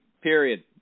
Period